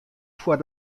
foar